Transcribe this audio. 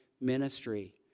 ministry